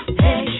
hey